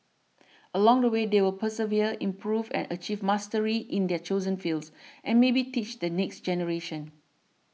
along the way they will persevere improve and achieve mastery in their chosen fields and maybe teach the next generation